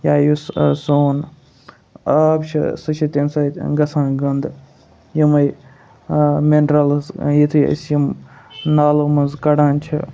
یا یُس سون آب چھِ سُہ چھِ تمہِ سۭتۍ گژھان گَنٛدٕ یِمَے مِنرَلٕز یُتھُے أسۍ یِم نالو منٛز کَڑان چھِ